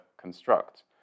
construct